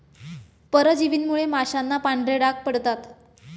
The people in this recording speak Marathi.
परजीवींमुळे माशांना पांढरे डाग पडतात